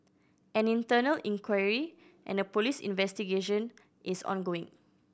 an internal inquiry and a police investigation is ongoing